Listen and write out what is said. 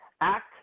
Act